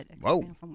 Whoa